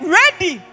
ready